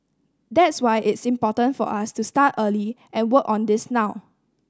that's why it's important for us to start early and work on this now